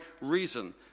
reason